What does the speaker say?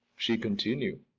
she continued.